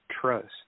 trust